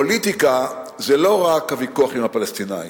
פוליטיקה זה לא רק הוויכוח עם הפלסטינים.